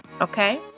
okay